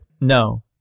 no